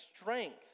strength